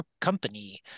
company